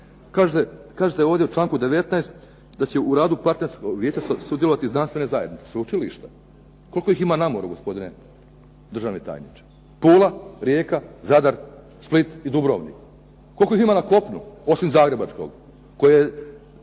kažete ovdje u članku 19. da će u radu partnerskog vijeća sudjelovati znanstvene zajednice, sveučilišta. Koliko ih ima na moru gospodine državni tajniče? Pula, Rijeka, Zadar, Split i Dubrovnik. Koliko ih ima na kopnu osim zagrebačkog koji je